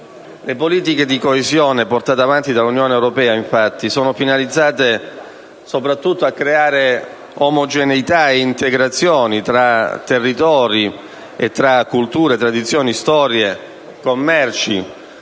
Le politiche di coesione portate avanti dall'Unione europea, infatti, sono finalizzate soprattutto a creare omogeneità e integrazione tra territori, culture, tradizioni, storie e commerci,